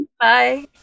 Bye